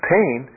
Pain